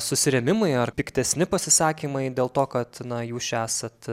susirėmimai ar piktesni pasisakymai dėl to kad jūs čia esat